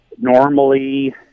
normally